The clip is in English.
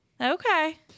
Okay